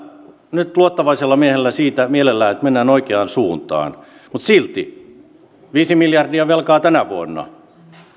nyt luottavaisella mielellä siitä että mennään oikeaan suuntaan mutta silti viisi miljardia velkaa tänä vuonna meillä